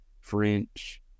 French